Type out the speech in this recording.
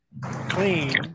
clean